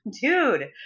dude